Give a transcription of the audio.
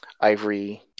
ivory